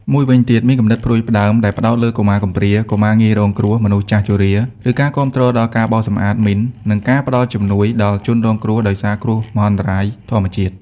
មួយវិញទៀតមានគំនិតផ្តួចផ្តើមដែលផ្តោតលើកុមារកំព្រា កុមារងាយរងគ្រោះ មនុស្សចាស់ជរា ឬការគាំទ្រដល់ការបោសសម្អាតមីន និងការផ្តល់ជំនួយដល់ជនរងគ្រោះដោយគ្រោះមហន្តរាយធម្មជាតិ។